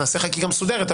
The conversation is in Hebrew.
נעשה חקיקה מסודרת.